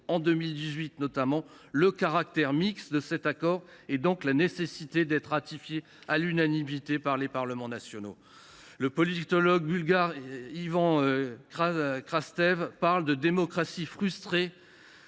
en 2018 notamment, le caractère mixte de cet accord, donc la nécessité d’une ratification à l’unanimité par les parlements nationaux. Le politologue bulgare Ivan Krastev parle de « démocratie frustrée